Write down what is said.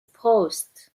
post